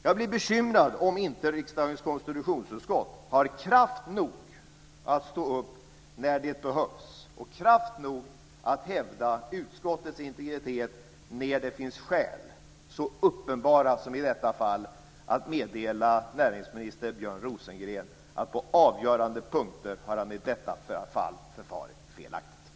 Jag blir bekymrad om inte riksdagens konstitutionsutskott har kraft nog att stå upp när det behövs, kraft nog att hävda utskottets integritet när det finns skäl, så uppenbara som i detta fall, att meddela näringsminister Björn Rosengren att på avgörande punkter har han i detta fall förfarit felaktigt.